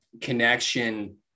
connection